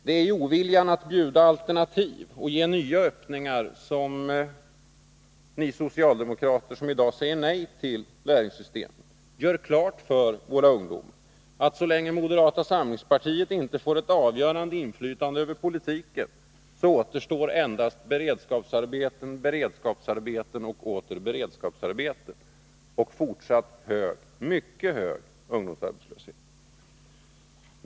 Det är i oviljan att erbjuda alternativ och ge nya öppningar som ni socialdemokrater som i dag säger nej till ett lärlingssystem gör klart för våra ungdomar att så länge moderata samlingspartiet inte får ett avgörande inflytande över politiken, återstår endast beredskapsarbeten och åter beredskapsarbeten och en fortsatt, mycket hög ungdomsarbetslöshet.